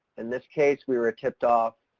in this case we were tipped off,